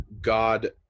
God